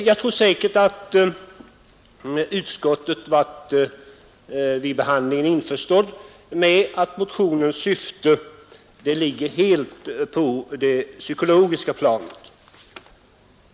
Jag tror att man i utskottet vid behandlingen av motionen varit införstådd med att motionens syfte helt ligger på det psykologiska planet.